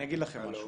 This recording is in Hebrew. אני אגיד לכם משהו.